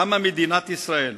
קמה מדינת ישראל.